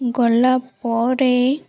ଗଲା ପରେ